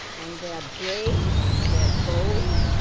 and they are brave, and they are bold,